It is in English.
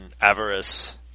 avarice